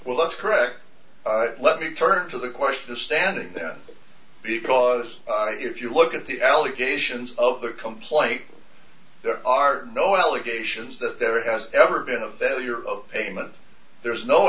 well that's correct let me turn to the question of standing there because if you look at the allegations of the complaint there are no allegations that there has ever been a failure of payment there's no